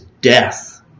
death